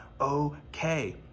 okay